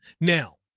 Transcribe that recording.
Now